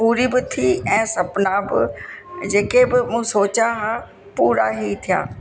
पूरी बि थी ऐं सुपिना बि जेके बि मूं सोचा हा पूरा ही थिया